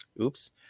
Oops